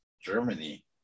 Germany